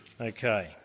Okay